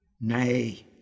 Nay